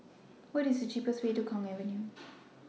What IS The cheapest Way to Kwong Avenue